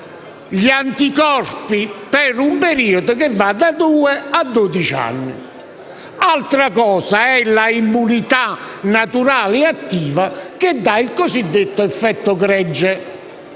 gli anticorpi per un periodo che va da due a dodici anni. Altra cosa è l'immunità naturale attiva, che dà il cosiddetto effetto gregge